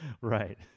Right